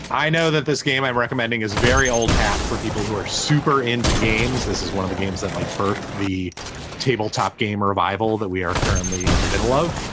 i know that this game i'm recommending is very old hat for people who are super into games. this is one of the games that like birth, the tabletop game revival that we are currently in the middle of.